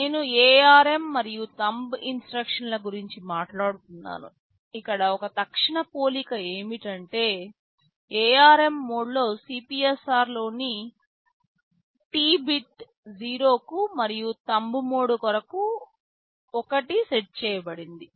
నేను ARM మరియు thumb instruction set గురించి మాట్లాడుతున్నాను ఇక్కడ ఒక తక్షణ పోలిక ఏమిటి అంటే ARM మోడ్లో CPSR లోని T బిట్ 0 కు మరియు థంబ్ మోడ్ కొరకు 1 కు సెట్ చేయబడింది